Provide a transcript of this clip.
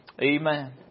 Amen